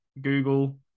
Google